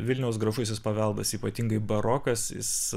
vilniaus gražusis paveldas ypatingai barokas jis